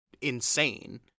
insane